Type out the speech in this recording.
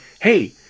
Hey